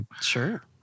sure